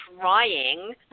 trying